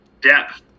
Depth